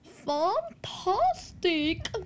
Fantastic